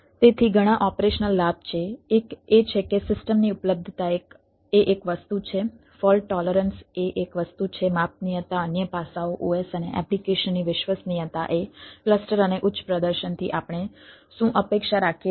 તેથી ઘણા ઓપરેશનલ લાભ છે એક એ છે કે સિસ્ટમની ઉપલબ્ધતા એ એક વસ્તુ છે ફોલ્ટ ટૉલરન્સ એ એક વસ્તુ છે માપનીયતા અન્ય પાસાઓ OS અને એપ્લિકેશનની વિશ્વસનીયતા એ ક્લસ્ટર અને ઉચ્ચ પ્રદર્શનથી આપણે શું અપેક્ષા રાખીએ છીએ